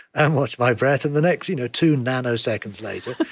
and watch my breath. and the next you know two nanoseconds later,